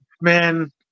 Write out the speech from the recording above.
man